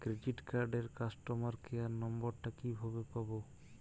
Credit কার্ডের customer care number টা কিভাবে পাবো?